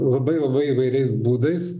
labai įvai vairiais būdais